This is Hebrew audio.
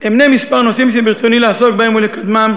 אמנה מספר נושאים שברצוני לעסוק בהם ולקדמם,